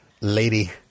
lady